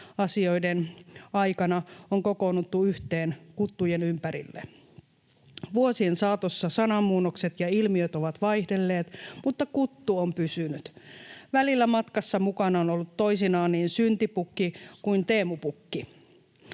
asioiden aikana on kokoonnuttu yhteen kuttujen ympärille. Vuosien saatossa sananmuunnokset ja ilmiöt ovat vaihdelleet, mutta kuttu on pysynyt. Välillä matkassa mukana on ollut toisinaan niin syntipukki kuin Teemu Pukki.